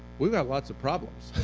we've got lots of problems.